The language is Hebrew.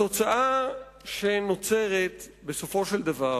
התוצאה שנוצרת בסופו של דבר